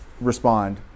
respond